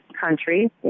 country